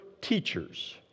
teachers